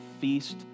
feast